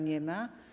Nie ma.